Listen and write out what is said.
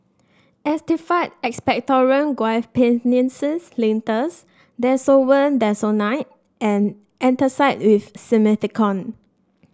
Actified Expectorant Guaiphenesin Linctus Desowen Desonide and Antacid with Simethicone